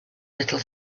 little